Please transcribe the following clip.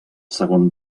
segon